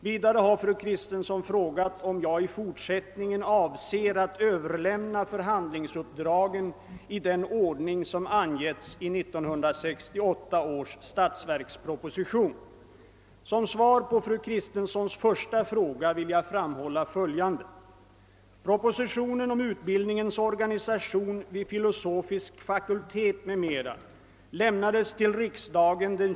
Vidare har fru Kristensson frågat, om jag i fortsättningen avser att överlämna förhandlingsuppdragen i den ordning som angetts i 1968 års statsverksproposition. Som svar på fru Kristenssons första fråga vill jag framhålla följande.